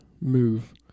move